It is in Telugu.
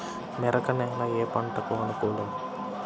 మెరక నేల ఏ పంటకు అనుకూలం?